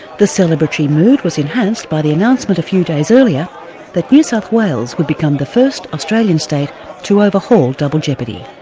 the celebratory mood was enhanced by the announcement a few days earlier that new south wales would become the first australian state to overhaul double jeopardy.